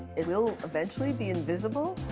it will eventually be invisible.